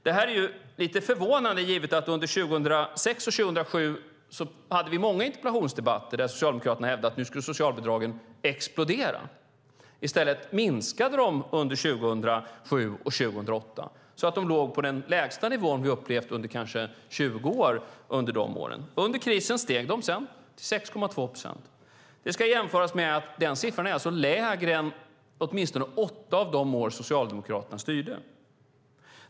Det är lite förvånande givet att vi under 2006 och 2007 hade många interpellationsdebatter där Socialdemokraterna hävdade att socialbidragen skulle explodera. I stället minskade de under 2007 och 2008 så att de låg på den lägsta nivå vi upplevt under kanske 20 år under de åren. Under krisen steg de sedan till 6,2 procent. Siffran är lägre än under åtminstone åtta av de år som Socialdemokraterna styrde.